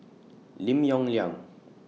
Lim Yong Liang